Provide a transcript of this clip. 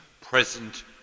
present